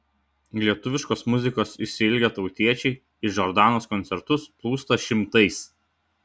lietuviškos muzikos išsiilgę tautiečiai į džordanos koncertus plūsta šimtais